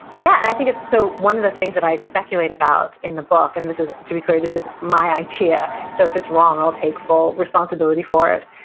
yeah and i think it's, so, one of the things that i speculate about in the book, and this is, to be clear, this is my idea, so if it's wrong, i'll take full responsibility for it.